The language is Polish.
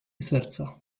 serca